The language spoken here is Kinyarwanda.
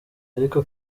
ariko